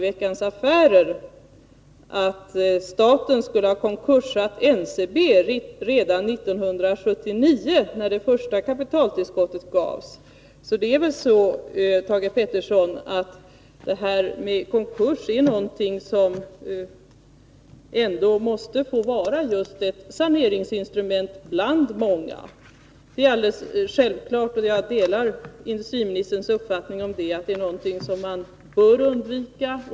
Han säger där att staten skulle ha konkurssatt NCB redan 1979, när det första kapitaltillskottet gavs. Det är väl så, Thage Peterson, att konkurs är och måste få vara ett saneringsinstrument bland många? Det är självklart — jag delar industriministerns uppfattning på den punkten — att det är någonting som man bör undvika.